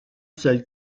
seul